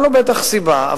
היתה לו בוודאי סיבה,